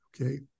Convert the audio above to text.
okay